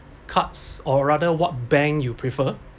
cards or rather what bank you prefer